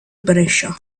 brescia